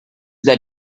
that